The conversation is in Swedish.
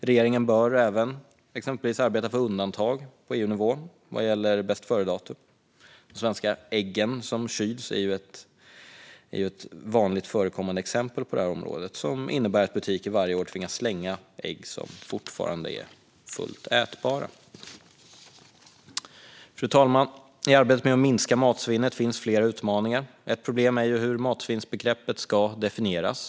Regeringen bör även arbeta för undantag på EU-nivå vad gäller bästföredatum. De svenska äggen, som kyls, är ett vanligt förekommande exempel på området. Det innebär att butiker varje år tvingas slänga ägg som fortfarande är fullt ätbara. Fru talman! I arbetet med att minska matsvinnet finns flera utmaningar. Ett problem är hur matsvinnsbegreppet ska definieras.